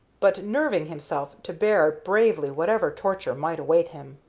but nerving himself to bear bravely whatever torture might await him.